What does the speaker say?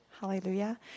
Hallelujah